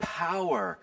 power